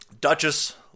Duchess